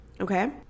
Okay